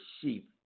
sheep